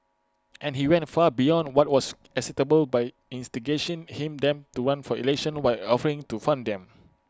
and he went far beyond what was acceptable by instigation him them to run for elections while offering to fund them